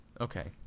okay